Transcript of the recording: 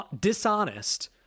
dishonest